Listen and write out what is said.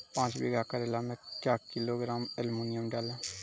पाँच बीघा करेला मे क्या किलोग्राम एलमुनियम डालें?